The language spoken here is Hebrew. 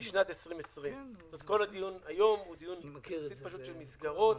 לשנת 2020. כל הדיון היום הוא דיון יחסית פשוט של מסגרות